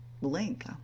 link